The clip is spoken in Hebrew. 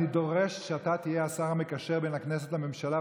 אני דורש שאתה תהיה השר המקשר בין הכנסת לממשלה,